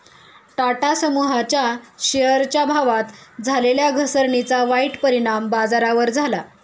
टाटा समूहाच्या शेअरच्या भावात झालेल्या घसरणीचा वाईट परिणाम बाजारावर झाला